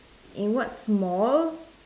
in what small